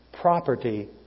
property